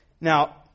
Now